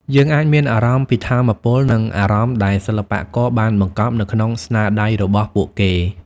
យើងអាចមានអារម្មណ៍ពីថាមពល និងអារម្មណ៍ដែលសិល្បករបានបង្កប់នៅក្នុងស្នាដៃរបស់ពួកគេ។